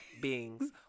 beings